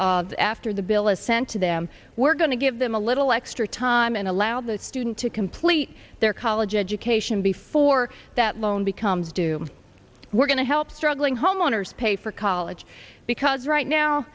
of after the bill is sent to them we're going to give them a little extra time and allow the student to complete their college education before that loan becomes due we're going to help struggling homeowners pay for college because right now